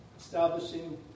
establishing